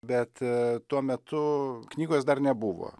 bet tuo metu knygos dar nebuvo